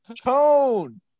tone